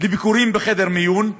לביקורים בחדר המיון,